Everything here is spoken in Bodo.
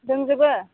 दोंजोबो